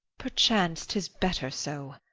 perchance, tis better so.